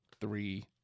three